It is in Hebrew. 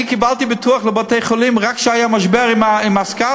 אני קיבלתי פיתוח לבתי-חולים רק כשהיה משבר ה"סקאדים",